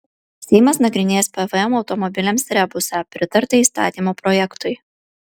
seimas nagrinės pvm automobiliams rebusą pritarta įstatymo projektui